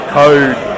code